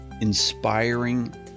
inspiring